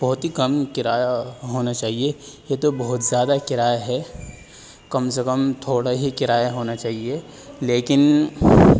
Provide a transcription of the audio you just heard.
بہت ہی کم کرایہ ہونا چاہیے یہ تو بہت زیادہ کرایہ ہے کم سے کم تھوڑا ہی کرایہ ہونا چاہیے لیکن